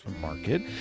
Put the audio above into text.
market